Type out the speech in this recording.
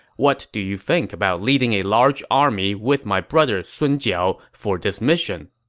what do you think about leading a large army with my brother sun jiao for this mission?